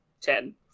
ten